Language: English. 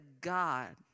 God